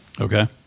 Okay